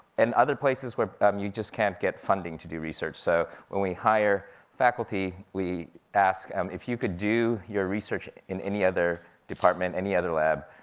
and other places, where um you just can't get funding to do research, so when we hire faculty, we ask, um if you could do your research in any other department, any other lab,